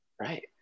Right